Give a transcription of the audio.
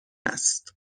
است